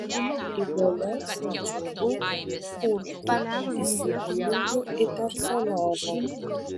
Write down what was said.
įdomiausia džiugui kurti įsigilinti į personažą